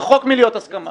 רחוק מלהיות הסכמה.